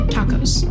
Tacos